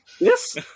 Yes